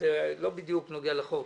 לא בדיוק נוגע לחוק.